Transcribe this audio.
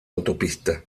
autopista